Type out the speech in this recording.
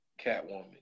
Catwoman